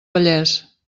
vallès